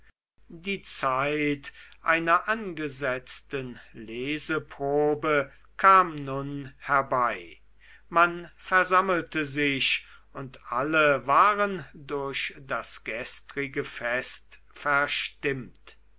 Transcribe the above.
die zeit einer angesetzten leseprobe kam nun herbei man versammelte sich und alle waren durch das gestrige fest verstimmt